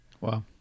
Wow